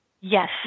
Yes